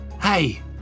Hey